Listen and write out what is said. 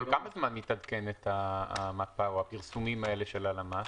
בכל כמה זמן מתעדכנת המפה או הפרסומים האלה של הלמ"ס?